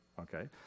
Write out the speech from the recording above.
Okay